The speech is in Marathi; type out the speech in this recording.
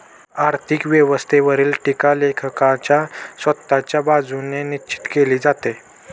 आर्थिक व्यवस्थेवरील टीका लेखकाच्या स्वतःच्या बाजूने निश्चित केली जाते